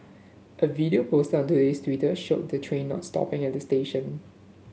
a video posted on Today Twitter showed the train not stopping at the station